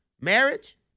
Marriage